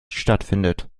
stattfindet